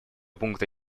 пункта